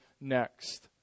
next